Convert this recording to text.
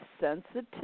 sensitive